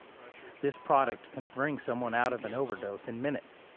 this product can bring someone out of an overdose in minutes.